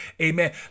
Amen